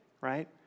right